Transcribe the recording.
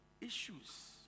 Issues